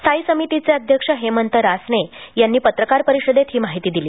स्थायी समितीचे अध्यक्ष हेमंत रासने यांनी पत्रकार परिषदेत ही माहिती दिली